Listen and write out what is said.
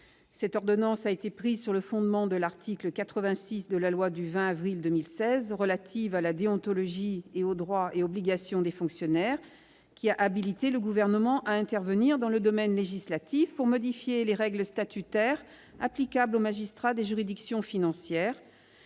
Cette ordonnance a été prise sur le fondement de l'article 86 de la loi du 20 avril 2016 relative à la déontologie et aux droits et obligations des fonctionnaires, qui a habilité le Gouvernement à intervenir dans le domaine législatif pour modifier les règles statutaires applicables aux magistrats des juridictions financières,